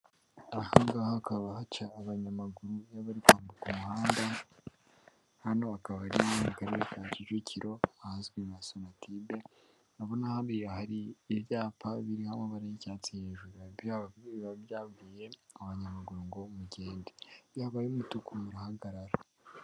Ahanga ngaha hakaba haca abanyamaguru baryambuka umuhanda, hanokaba ari muri karere ka Kicukiro, ahazwi nka Sonatude na naho haya hari ibyapa biriho amabara y'icyatsi hejuruvba byabwiye abanyamaguru ngo mugende, yabaye umutuku murahagarara.